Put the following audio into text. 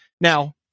Now